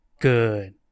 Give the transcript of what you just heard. good